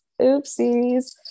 Oopsies